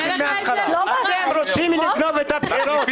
אתם רוצים לגנוב את הבחירות.